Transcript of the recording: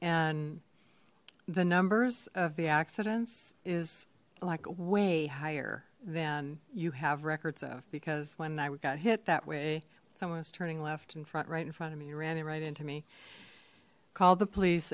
and the numbers of the accidents is like way higher than you have records of because when i got hit that way someone was turning left in front right in front of me ran right into me called the police